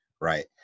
Right